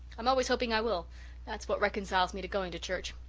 i'm always hoping i will that's what reconciles me to going to church.